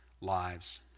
lives